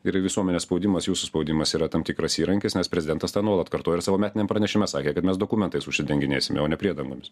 yra visuomenės spaudimas jūsų spaudimas yra tam tikras įrankis nes prezidentas tą nuolat kartoja ir savo metiniam pranešime sakė kad mes dokumentais užsidenginėsime o ne priedangomis